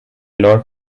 lord